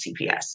CPS